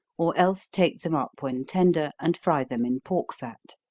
or else take them up when tender, and fry them in pork fat.